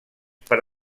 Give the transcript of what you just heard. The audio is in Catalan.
per